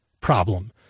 problem